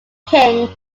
king